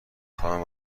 خواهم